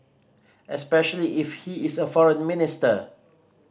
especially if he is a foreign minister